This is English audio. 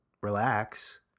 relax